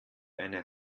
eine